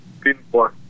pinpoint